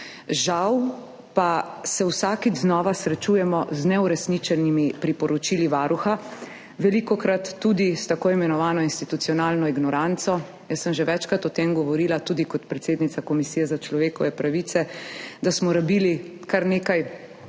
Žal pa se vsakič znova srečujemo z neuresničenimi priporočili Varuha, velikokrat tudi s tako imenovano institucionalno ignoranco. Jaz sem že večkrat tudi kot predsednica komisije za človekove pravice govorila o tem, da smo rabili kar nekaj